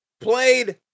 played